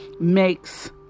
makes